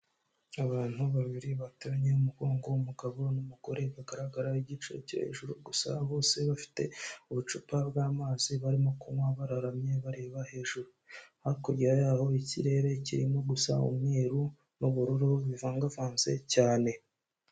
Abantu babiri bateranye umugongo, umugabo n'umugore bagaragara igice cyo hejuru gusa, bose bafite ubucupa bw'amazi barimo kunywa bararamye bareba hejuru. Hakurya yabo hari ikirere kirimo gusa umweru n'ubururu bivangavanze cyane.